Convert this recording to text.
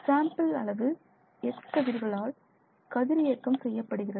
sample அளவு X கதிர்களால் கதிரியக்கம் செய்யப்படுகிறது